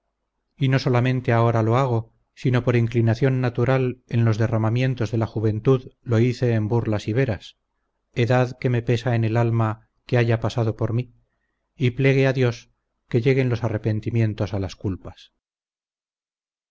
y no solamente ahora lo hago sino por inclinación natural en los derramamientos de la juventud lo hice en burlas y veras edad que me pesa en el alma que haya pasado por mí y plegue a dios que lleguen los arrepentimientos a las culpas